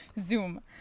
Zoom